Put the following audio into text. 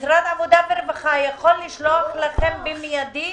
משרד העבודה והרווחה יכול לשלוח לכם במידיי